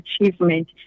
achievement